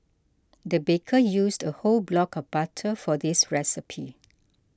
the baker used a whole block of butter for this recipe